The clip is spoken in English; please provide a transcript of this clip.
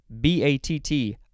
B-A-T-T